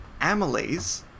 amylase